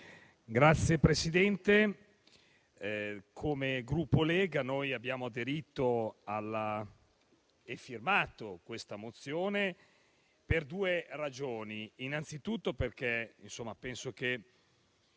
Signor Presidente, come Gruppo Lega noi abbiamo aderito e firmato questa mozione per due ragioni. Innanzitutto, perché mettere